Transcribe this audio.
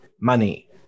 money